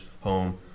home